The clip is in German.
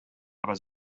aber